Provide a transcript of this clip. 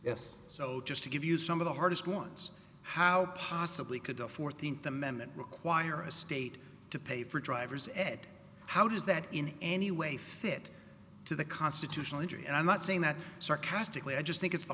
yes so just to give you some of the hardest ones how possibly could the fourteenth amendment require a state to pay for driver's ed how does that in any way fit to the constitutional injury and i'm not saying that sarcastically i just think it's the